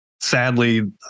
sadly